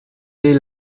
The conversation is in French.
est